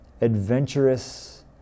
adventurous